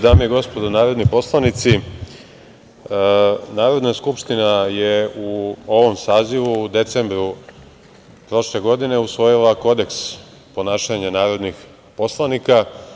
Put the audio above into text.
Dame i gospodo narodni poslanici, Narodna skupština je u ovom sazivu u decembru prošle godine usvojila Kodeks ponašanja narodnih poslanika.